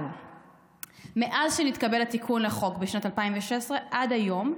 אבל מאז שנתקבל התיקון לחוק בשנת 2016 ועד היום,